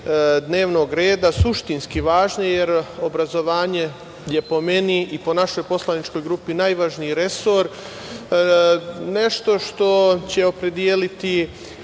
dnevnog reda, suštinski važne, jer obrazovanje je po meni i po našoj poslaničkoj grupi najvažniji resor, nešto što će opredeliti